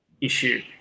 issue